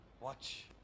Watch